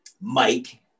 Mike